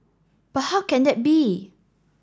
but how can that be